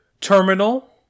Terminal